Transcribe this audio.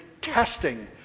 testing